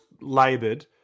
laboured